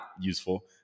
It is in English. useful